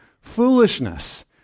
foolishness